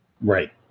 Right